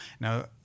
Now